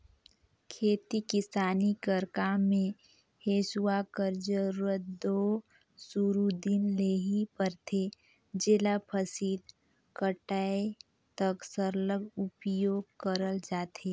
खेती किसानी कर काम मे हेसुवा कर जरूरत दो सुरू दिन ले ही परथे जेला फसिल कटाए तक सरलग उपियोग करल जाथे